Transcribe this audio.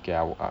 okay I will uh